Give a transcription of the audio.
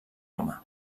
home